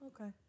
Okay